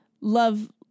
Love